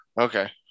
Okay